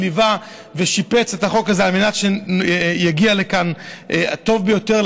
וליווה ושיפץ את החוק הזה שיגיע לכאן הטוב ביותר,